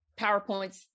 powerpoints